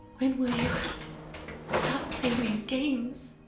and will you stop playing these games?